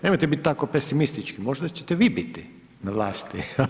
Nemojte bit tako pesimistički, možda ćete vi biti na vlasti.